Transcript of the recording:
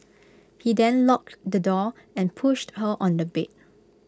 he then locked the door and pushed her on the bed